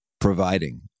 providing